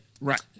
Right